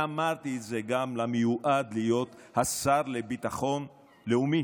ואמרתי את זה גם למיועד להיות השר לביטחון לאומי,